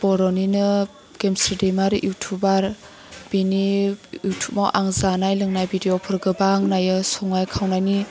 बर'निनो गेमस्रि दैमारि इउटुबार बिनि इउटुबाव आं जानाय लोंनाय भिडिअफोर गोबां नाइयो संनाय खावनायनि